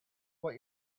what